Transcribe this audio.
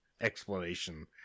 explanation